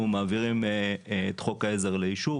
אנחנו מעבירים את חוק העזר לאישור,